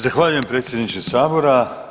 Zahvaljujem predsjedniče sabora.